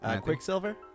Quicksilver